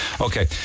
Okay